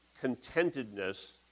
contentedness